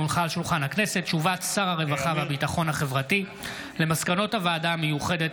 הודעת שר הרווחה והביטחון החברתי על מסקנות הוועדה המיוחדת